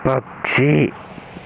పక్షి